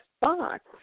box